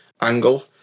angle